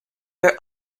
their